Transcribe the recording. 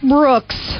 Brooks